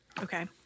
okay